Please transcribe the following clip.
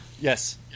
Yes